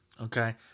Okay